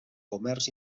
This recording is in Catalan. comerç